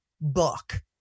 book